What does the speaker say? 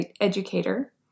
educator